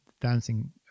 dancing